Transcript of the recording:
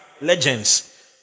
legends